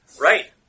Right